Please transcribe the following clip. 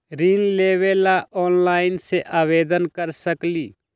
ऋण लेवे ला ऑनलाइन से आवेदन कर सकली?